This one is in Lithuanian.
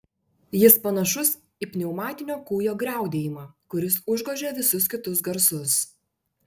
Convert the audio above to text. jis panašus į pneumatinio kūjo griaudėjimą kuris užgožia visus kitus garsus